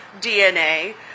DNA